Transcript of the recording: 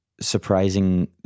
surprising